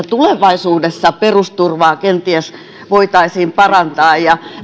tulevaisuudessa perusturvaa kenties voitaisiin parantaa ja